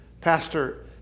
Pastor